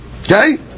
Okay